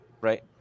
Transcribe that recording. right